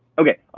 okay,